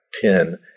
ten